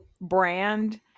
brand